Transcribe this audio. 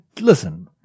listen